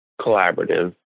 collaborative